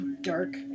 dark